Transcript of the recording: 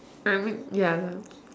I mean ya I know